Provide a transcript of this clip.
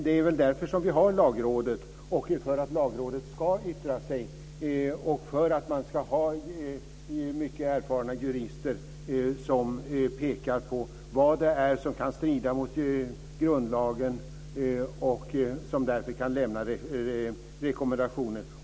Det är väl därför som vi har Lagrådet för att Lagrådet ska yttra sig och för att man ska ha mycket erfarna jurister som pekar på vad det är som kan strida mot grundlagen och som därför kan lämna rekommendationer.